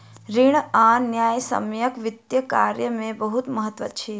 ऋण आ न्यायसम्यक वित्तीय कार्य में बहुत महत्त्व अछि